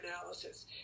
analysis